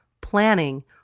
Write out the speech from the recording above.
planning